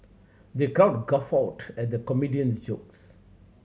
the crowd guffawed at the comedian's jokes